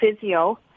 physio